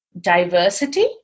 diversity